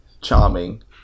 charming